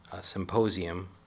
symposium